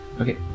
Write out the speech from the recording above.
Okay